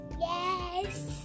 yes